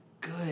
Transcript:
good